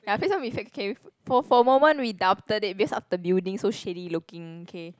ya for for a moment we doubted it based of the building so shady looking okay